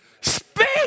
Speak